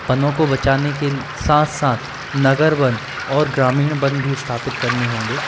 वनों को बचाने के साथ साथ नगर वन और ग्रामीण वन भी स्थापित करने होंगे